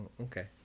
okay